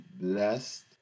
blessed